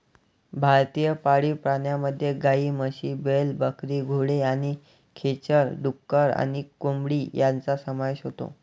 भारतीय पाळीव प्राण्यांमध्ये गायी, म्हशी, बैल, बकरी, घोडे आणि खेचर, डुक्कर आणि कोंबडी यांचा समावेश होतो